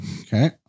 Okay